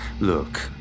Look